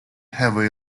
have